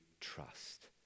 trust